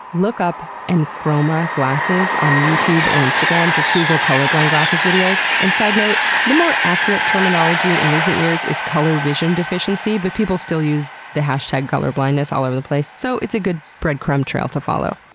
look up enchroma glasses on youtube or instagram. just google colorblind glasses videos. and side note the more accurate terminology in recent years is color vision deficiency. but people still use the hashtag colorblindness all over the place, so it's a good breadcrumb trail to follow.